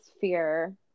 fear